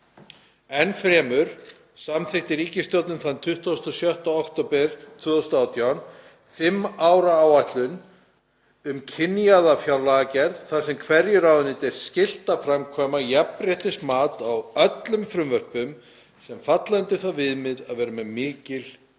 Enn fremur samþykkti ríkisstjórn þann 26. október 2018 fimm ára áætlun um kynjaða fjárlagagerð þar sem hverju ráðuneyti er gert skylt að framkvæma jafnréttismat á öllum frumvörpum „sem falla undir það viðmið að vera með mikil